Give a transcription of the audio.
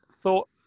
thought